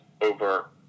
over